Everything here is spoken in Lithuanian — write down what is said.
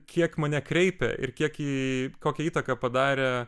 kiek mane kreipia ir kiek į kokią įtaką padarė